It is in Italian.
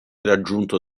raggiunto